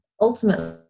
ultimately